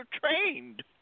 trained